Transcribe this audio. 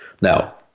Now